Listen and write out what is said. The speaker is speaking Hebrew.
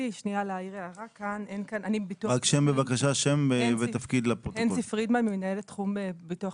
שבהן מחויב המעסיק לבדו לפי סעיף 337 לחוק הביטוח